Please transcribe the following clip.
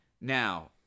now